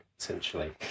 essentially